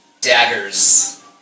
daggers